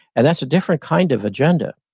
and that's a different kind of agenda.